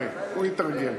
אוקיי, הוא יתרגם.